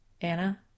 Anna